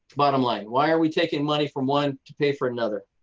bottom line, why are we taking money from one to pay for another.